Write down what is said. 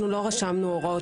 אנחנו לא רשמנו הוראות